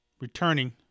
returning